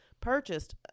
purchased